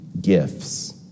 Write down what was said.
gifts